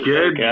Good